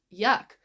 yuck